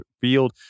field